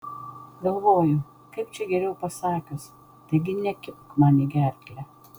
galvoju kaip čia geriau pasakius taigi nekibk man į gerklę